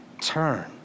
turn